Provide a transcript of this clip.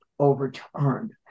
overturned